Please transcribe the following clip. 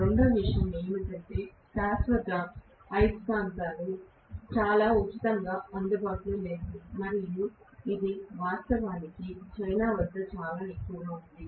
రెండవ విషయం ఏమిటంటే శాశ్వత అయస్కాంతాలు చాలా ఉచితంగా అందుబాటులో లేవు మరియు ఇది వాస్తవానికి చైనా వద్ద చాలా ఎక్కువగా ఉంది